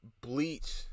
Bleach